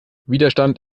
widerstand